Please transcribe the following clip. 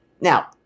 Now